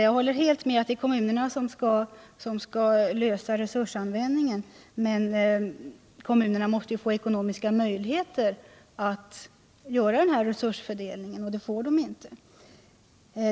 Jag håller helt med om att det är kommunerna som skall besluta om resursanvändningen, men de måste få ekonomiska möjligheter att göra den här resursfördelningen, och det får de inte.